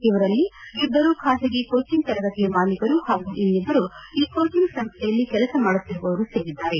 ಇವರಲ್ಲಿ ಇಬ್ಬರು ಖಾಸಗಿ ಕೋಚಿಂಗ್ ತರಗತಿಯ ಮಾಲೀಕರು ಹಾಗೂ ಇನ್ನಿಬ್ಬರು ಈ ಕೋಚಿಂಗ್ ಸಂಸ್ಲೆಯಲ್ಲಿ ಕೆಲಸ ಮಾಡುತ್ತಿರುವವರು ಸೇರಿದ್ದಾರೆ